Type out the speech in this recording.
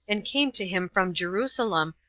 and came to him from jerusalem,